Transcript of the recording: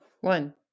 one